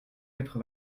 quatre